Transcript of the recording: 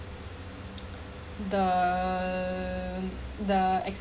the the